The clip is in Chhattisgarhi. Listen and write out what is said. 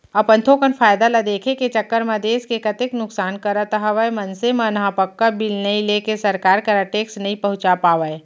अपन थोकन फायदा ल देखे के चक्कर म देस के कतेक नुकसान करत हवय मनसे मन ह पक्का बिल नइ लेके सरकार करा टेक्स नइ पहुंचा पावय